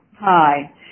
Hi